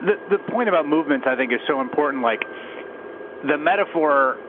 the the point about movement, i think is so important. like the metaphor